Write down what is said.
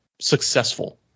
successful